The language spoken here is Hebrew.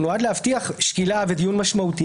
הוא נועד להבטיח שקילה ודיון משמעותי